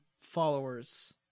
followers